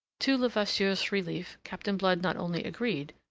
to levasseur's relief, captain blood not only agreed,